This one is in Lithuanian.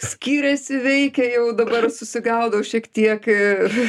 skyrėsi veikia jau dabar susigaudau šiek tiek ir